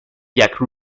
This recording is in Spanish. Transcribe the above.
jack